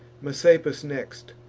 messapus next,